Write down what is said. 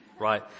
Right